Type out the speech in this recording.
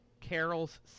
Carol's